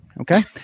Okay